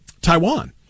Taiwan